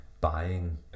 buying